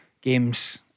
games